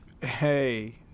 Hey